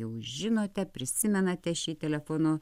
jau žinote prisimenate šį telefono